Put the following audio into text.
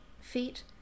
feet